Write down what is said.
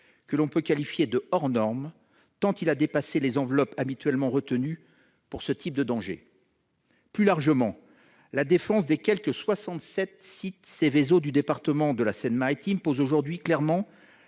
que l'on peut qualifier de hors norme, tant il a dépassé les enveloppes habituellement retenues pour ce type de dangers. Plus largement, la défense des quelque soixante-sept sites « Seveso » de la Seine-Maritime pose aujourd'hui clairement